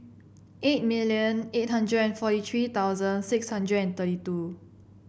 eight million eight hundred and forty three thousand six hundred and thirty two